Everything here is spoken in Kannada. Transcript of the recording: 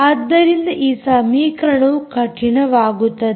ಆದ್ದರಿಂದ ಈ ಸಮೀಕರಣವು ಕಠಿಣವಾಗುತ್ತದೆ